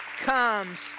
comes